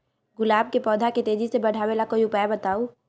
गुलाब के पौधा के तेजी से बढ़ावे ला कोई उपाये बताउ?